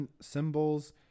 symbols